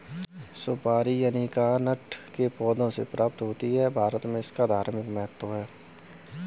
सुपारी अरीकानट के पौधों से प्राप्त होते हैं भारत में इसका धार्मिक महत्व है